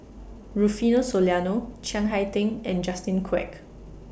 Rufino Soliano Chiang Hai Ding and Justin Quek